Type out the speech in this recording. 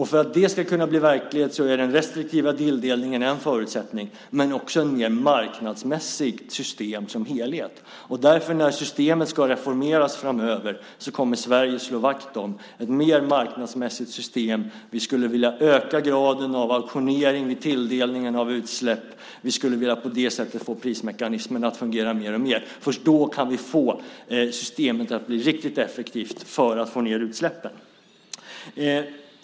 För att det ska kunna bli verklighet är den restriktiva tilldelningen en förutsättning, men det krävs också ett mer marknadsmässigt system som helhet. När systemet ska reformeras framöver kommer Sverige därför att slå vakt om ett mer marknadsmässigt system. Vi skulle vilja öka graden av auktionering vid tilldelningen av utsläppsrätter. På det sättet skulle vi vilja få prismekanismen att fungera mer och mer. Först då kan vi få systemet att bli riktigt effektivt när det gäller att få ned utsläppen.